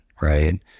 right